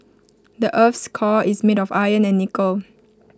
the Earth's core is made of iron and nickel